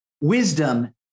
wisdom